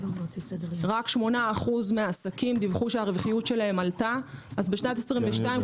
רק 85% מהעסקים דיווחו שהרווחיות שלהם עלתה ב-22',